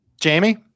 Jamie